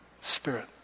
spirit